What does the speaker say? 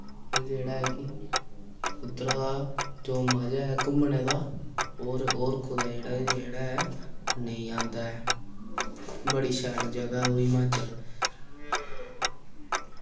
ओह् जेह्ड़ा ऐ कि उद्धरा दा जो मजा ऐ घुम्मने दा और और कुतै जेह्ड़ा जेह्ड़ा ऐ नेईं औंदा ऐ बड़ी शैल जगह् ओह् हिमाचल